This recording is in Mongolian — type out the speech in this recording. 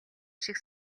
шиг